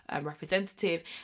representative